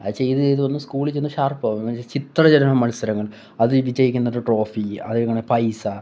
അത് ചെയ്തു ചെയ്തു വന്നു സ്കൂളിൽ ചെന്ന് ഷാർപ്പാവും എന്നു വച്ചാൽ ചിത്രരചനാ മത്സരങ്ങൾ അത് വിജയിക്കുന്നവർക്ക് ട്രോഫി അതേകണ പൈസ